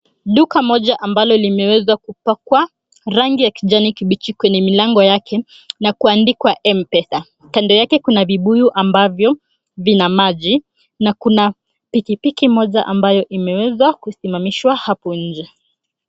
Duka moja amabalo limeezwa kupakwa rangi ya kijani kibichi kwenye milango yake, na kuandikwa Mpesa. Kando yake kuna vibuyu ambavyo vina maji na kuna pikiki ambayo imeweza kusimamishwa hapo nje.